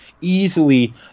easily